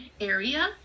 area